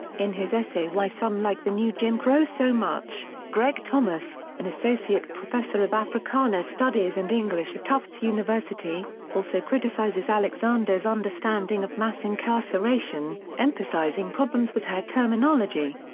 in his essay why some like the new jim crow so much, greg thomas, an associate professor of africana studies and english at tufts university, also criticizes alexander's understanding of mass incarceration, emphasizing problems with her terminology.